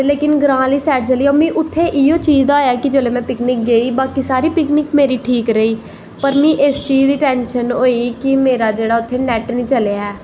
ते लेकिन ग्रांऽ ऐ आह्ली साईड चली जाओ उत्थै इयो ऐ कि पिकनिक गेई बाकी पिकनिक मेरी ठीक रेही पर मीं इस चीज़ दी टैंशन होई कि मेरे जेह्ड़ा इत्थें नैट नी चलेआ ऐ